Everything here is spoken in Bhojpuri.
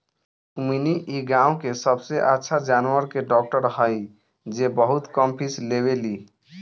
रुक्मिणी इ गाँव के सबसे अच्छा जानवर के डॉक्टर हई जे बहुत कम फीस लेवेली